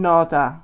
Nota